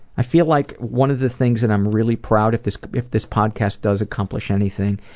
i feel like one of the things and i'm really proud, if this if this podcast does accomplish anything,